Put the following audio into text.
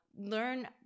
learn